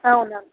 అవునా